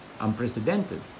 unprecedented